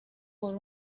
por